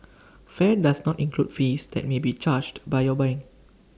fare does not include fees that may be charged by your bank